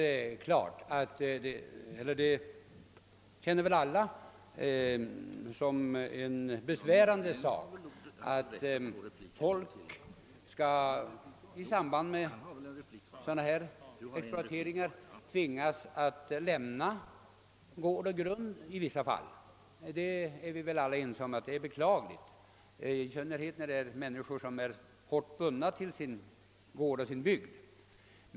Alla känner det väl som någonting besvärande, att folk i samband med sådana här exploateringar skall tvingas lämna gård och grund. Vi är väl alla ense om att det är beklagligt, i synnerhet när det gäller människor som är hårt bundna till sin gård och sin bygd.